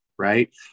right